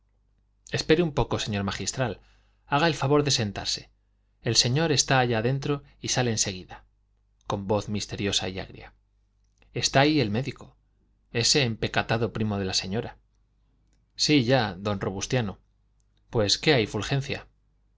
usted un poco señor magistral haga el favor de sentarse el señor está allá dentro y sale en seguida con voz misteriosa y agria está ahí el médico ese empecatado primo de la señora sí ya don robustiano pues qué hay fulgencia